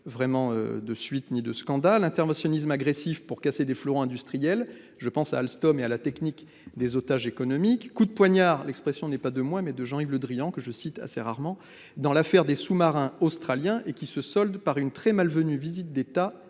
vraiment eu de suite ou fait scandale, interventionnisme agressif pour casser des fleurons industriels- je pense à Alstom et à la technique des otages économiques -,« coup de poignard »- l'expression est non pas de moi, mais de Jean-Yves Le Drian, que je cite assez rarement -dans l'affaire des sous-marins australiens qui se solde par une très malvenue visite d'État